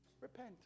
Repent